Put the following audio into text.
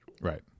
right